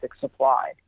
supply